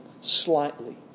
slightly